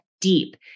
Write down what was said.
deep